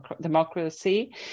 democracy